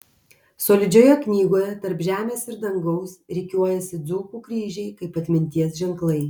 solidžioje knygoje tarp žemės ir dangaus rikiuojasi dzūkų kryžiai kaip atminties ženklai